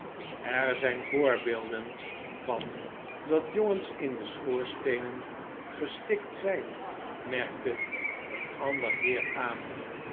er zijn voorbeelden van dat jongens in de schoorsteenen gestikt zijn merkte een ander heer aan